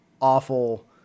awful